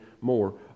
more